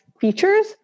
features